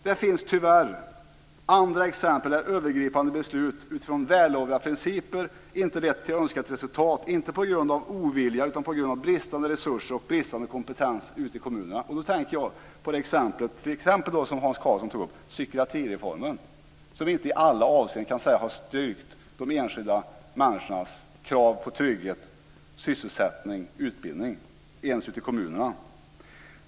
Det finns tyvärr andra exempel där övergripande beslut utifrån vällovliga principer inte lett till önskat resultat, inte på grund av ovilja utan på grund av bristande resurser och bristande kompetens ute i kommunerna. Då tänker jag på det exempel som Hans Karlsson tog upp: psykiatrireformen som inte i alla avseenden kan sägas ha styrkt de enskilda människornas krav på trygghet, sysselsättning och utbildning ens ute i kommunerna.